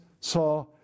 saw